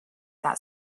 that